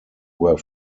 where